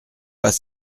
pas